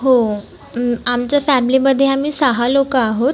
हो आमच्या फॅमिलीमध्ये आम्ही सहा लोक आहोत